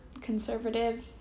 conservative